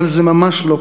אבל זה ממש לא כך,